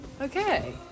okay